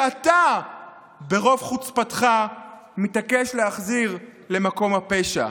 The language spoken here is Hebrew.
שאתה ברוב חוצפתך מתעקש להחזיר למקום הפשע.